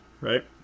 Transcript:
right